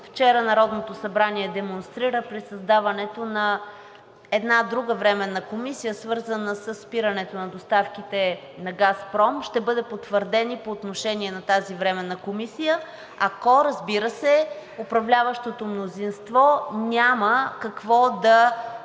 вчера Народното събрание демонстрира при създаването на една друга временна комисия, свързана със спирането на доставките на „Газпром“, ще бъде потвърден и по отношение на тази временна комисия, ако, разбира се, управляващото мнозинство няма какво да